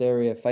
Area